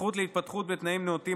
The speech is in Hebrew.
הזכות להתפתחות בתנאים נאותים,